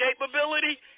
capability